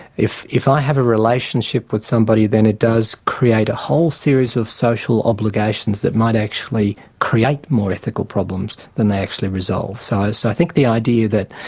if if i have a relationship with somebody then it does create a whole series of social obligations that might actually create more ethical problems than they actually resolve. so, so i think the idea that,